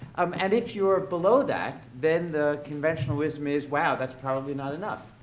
um and if you're below that, then the conventional wisdom is, wow, that's probably not enough.